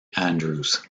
andrews